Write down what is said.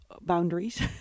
boundaries